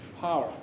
power